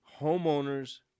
homeowner's